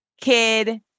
kid